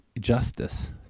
justice